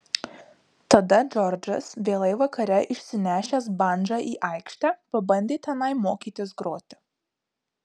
tada džordžas vėlai vakare išsinešęs bandžą į aikštę pabandė tenai mokytis groti